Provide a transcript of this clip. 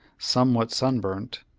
somewhat sunburnt.